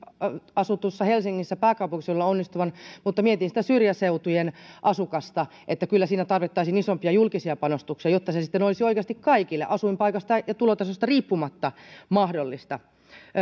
asutussa helsingissä pääkaupunkiseudulla onnistuvan mutta mietin sitä syrjäseutujen asukasta kyllä siinä tarvittaisiin isompia julkisia panostuksia jotta se sitten olisi oikeasti kaikille asuinpaikasta ja tulotasosta riippumatta mahdollista